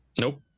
Nope